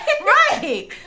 Right